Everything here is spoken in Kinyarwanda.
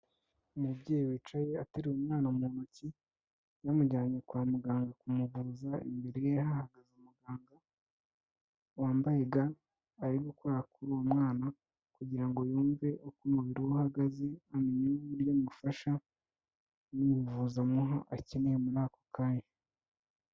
Umubyeyi wicaye ateruye umwana mu ntoki yamujyanye kwa muganga kumuvuza, imbere ye wambaye ga ari gukora kuri uwo mwana kugira ngo yumve uko umubiri we uhagaze amenya uburyo amufasha n'umuvuzi amuha akeneye muri ako kanya.